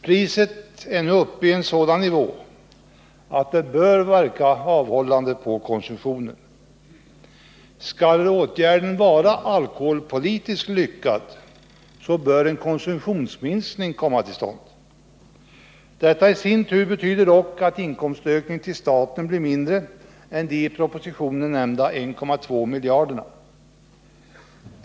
Priset på alkohol är nu uppe på en sådan nivå att det bör verka avhållande på konsumtionen. Skall åtgärden vara alkoholpolitiskt lyckad, så bör en konsumtionsminskning komma till stånd. Detta i sin tur betyder dock att inkomstökningen för staten blir mindre än dei propositionen nämnda 1,2 miljarderna.